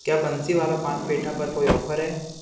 क्या बंसीवाला पान पेठा पर कोई ऑफर है